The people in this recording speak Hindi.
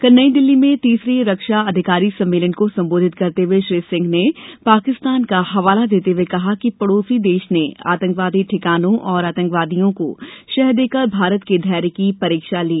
कल नई दिल्ली में तीसरे रक्षा अधिकारी सम्मेलन को संबोधित करते हुए श्री सिंह ने पाकिस्तान का हवाला देते हुए कहा कि पड़ोसी देश ने आतंकवादी ठिकानों और आतंकवादियों को शह देकर भारत के धैर्य की परीक्षा ली